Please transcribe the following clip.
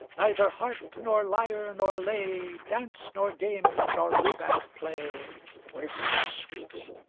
neither harp, nor lyre, nor lay, dance nor game, nor rebeck play were so sweet.